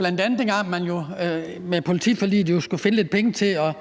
dengang der i forbindelse med politiforliget skulle findes lidt penge og